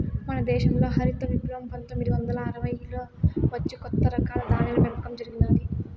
మన దేశంల హరిత విప్లవం పందొమ్మిది వందల అరవైలలో వచ్చి కొత్త రకాల ధాన్యాల పెంపకం జరిగినాది